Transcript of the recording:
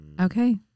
Okay